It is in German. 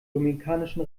dominikanischen